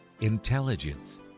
intelligence